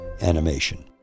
animation